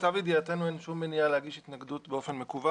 למיטב ידיעתנו אין שום מניעה להגיש התנגדות באופן מקוון.